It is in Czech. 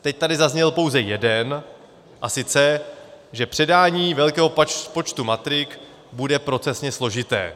Teď tady zazněl pouze jeden, a sice že předání velkého počtu matrik bude procesně složité.